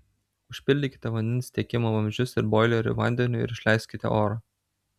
užpildykite vandens tiekimo vamzdžius ir boilerį vandeniu ir išleiskite orą